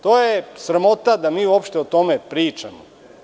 To je sramota da mi uopšte o tome pričamo.